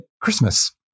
Christmas